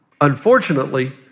unfortunately